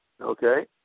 Okay